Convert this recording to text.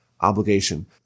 obligation